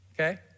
okay